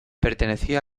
pertenecía